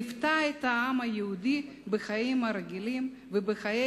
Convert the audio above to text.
ליוותה את העם היהודי בחיים הרגילים ובחיי